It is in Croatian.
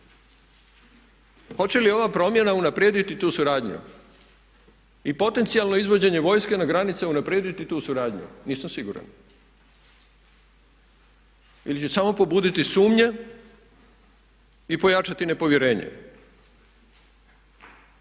Hoće li ova promjena unaprijediti tu suradnju? I potencijalno izvođenje vojske na granice unaprijediti tu suradnju? Nisam siguran. Ili će samo pobuditi sumnje i pojačati nepovjerenje?